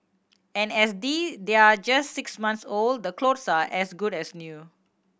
and as they're just six months old the clothes are as good as new